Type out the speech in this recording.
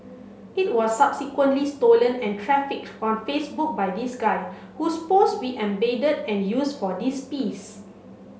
it was subsequently stolen and trafficked on Facebook by this guy whose post we embedded and used for this piece